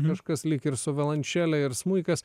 kažkas lyg ir su violončele ir smuikas